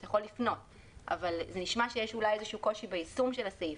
זה נשמע שיש איזשהו קושי ביישום של הסעיף,